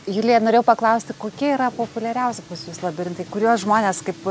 julija norėjau paklausti kokie yra populiariausi pas jus labirintai kuriuos žmonės kaip